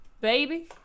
baby